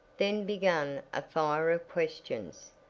then began a fire of questions,